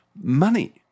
Money